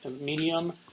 Medium